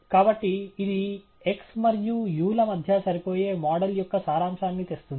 కాబట్టి ఇది x మరియు u ల మధ్య సరిపోయే మోడల్ యొక్క సారాంశాన్ని తెస్తుంది